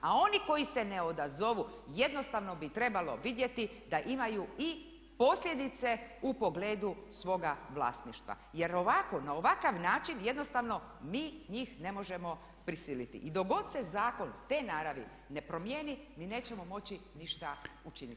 A oni koji se ne odazovu jednostavno bi trebalo vidjeti da imaju i posljedice u pogledu svoga vlasništva jer ovako, na ovakav način jednostavno mi njih ne možemo prisiliti i dok god se zakon te naravi ne promjeni mi nećemo moći ništa učiniti.